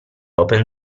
open